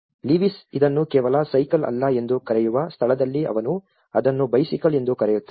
Lewis ಇದನ್ನು ಕೇವಲ cycle ಅಲ್ಲ ಎಂದು ಕರೆಯುವ ಸ್ಥಳದಲ್ಲಿ ಅವನು ಅದನ್ನು ಬೈಸಿಕಲ್ ಎಂದು ಕರೆಯುತ್ತಾನೆ